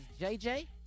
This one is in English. JJ